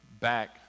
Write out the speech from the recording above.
back